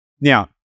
Now